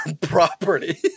property